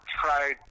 tried